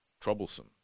troublesome